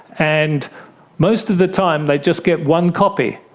and most of the time they just get one copy,